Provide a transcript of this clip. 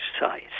size